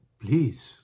please